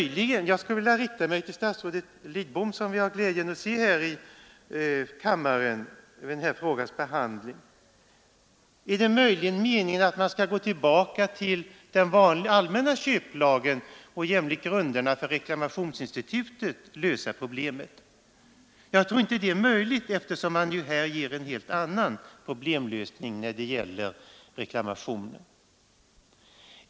Jag skulle vilja rikta mig till statsrådet Lidbom, som vi har glädjen se i kammaren vid den här frågans behandling: Är det meningen att man skall gå tillbaka till den allmänna köplagen och jämlikt grunderna för reklamationsinstitutet lösa problemet? Jag tror inte det är möjligt, eftersom man här ger en helt annan problemlösning när det gäller reklamationer.